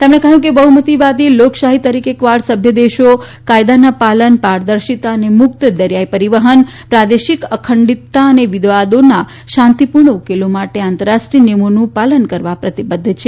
તેમણે કહયું કે બહ્મતીવાદી લોકશાહી તરીકે કવાડ સભ્ય દેશો કાયદાના પાલન પારદર્શિતા અને મુકત દરીયાઇ પરીવહન પ્રાદેશિક અખંડિતતા અને વિવાદોના શાંતીપુર્ણ ઉકેલો માટે આંતરરાષ્ટ્રીય નિયમોનું પાલન કરવા પ્રતિબધ્ધ છે